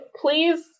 please